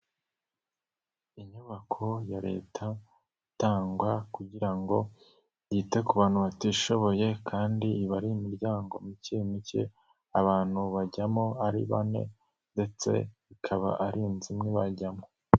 Inyubako ya leta itangwa kugira ngo yite ku bantu batishoboye kandi iba ari imiryango mike mike, abantu bajyamo ari bane ndetse ikaba ari inzu imwe bajyamo.